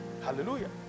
hallelujah